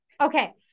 Okay